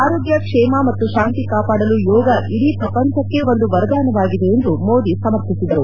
ಆರೋಗ್ಯ ಕ್ಷೇಮ ಮತ್ತು ಶಾಂತಿ ಕಾಪಾಡಲು ಯೋಗ ಇಡೀ ಪ್ರಪಂಚಕ್ಕೆ ಒಂದು ವರದಾನವಾಗಿದೆ ಎಂದು ಮೋದಿ ಸಮರ್ಥಿಸಿದರು